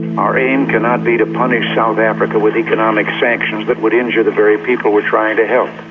and our aim cannot be to punish south africa with economic sanctions that would injure the very people we're trying to help.